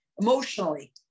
Emotionally